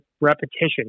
repetition